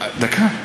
דקה.